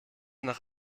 nach